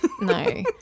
No